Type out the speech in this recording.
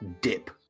dip